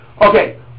okay